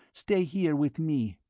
stay here with me.